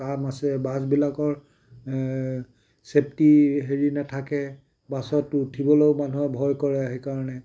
কাম আছে বাছবিলাকৰ চেফটি হেৰি নেথাকে বাছত উঠিবলৈও মানুহে ভয় কৰে সেইকাৰণে